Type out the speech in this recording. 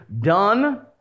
done